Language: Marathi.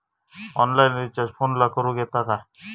ऑनलाइन रिचार्ज फोनला करूक येता काय?